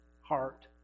Heart